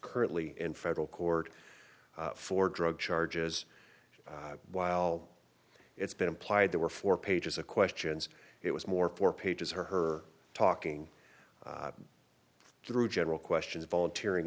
currently in federal court for drug charges while it's been implied there were four pages of questions it was more four pages her talking through general questions volunteering